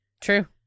True